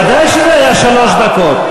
ודאי שזה היה שלוש דקות.